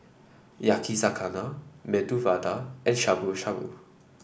Yakizakana Medu Vada and Shabu Shabu